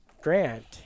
grant